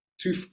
two